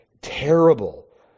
terrible